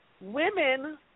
women